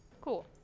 Cool